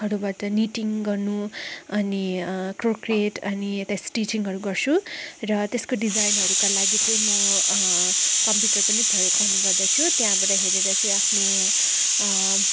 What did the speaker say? हरूबाट meeting गर्नु अनि क्रोक्रिएट अनि यता टिचिङहरू गर्छु र त्यसको डिजाइनहरूको लागि चाहिँ कम्प्युटर पनि प्रयोग गर्ने गर्दछु र चाहिँ आफ्नो